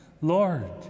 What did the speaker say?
Lord